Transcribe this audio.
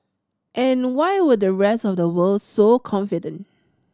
and why were the rest of the world so confident